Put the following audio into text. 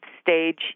stage